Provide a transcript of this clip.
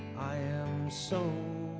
i am so